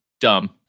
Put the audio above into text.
dumb